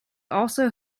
also